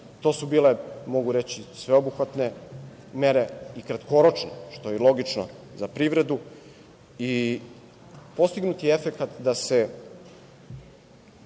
To su bile, mogu reći, sveobuhvatne mere i kratkoročne, što je i logično za privredu i postignut je efekat da ne